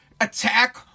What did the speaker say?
attack